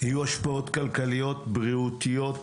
יהיו השפעות כלכליות, בריאותיות,